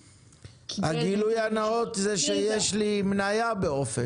--- הגילוי הנאות זה שיש לי מניה באופק.